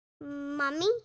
Mummy